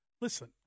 Listen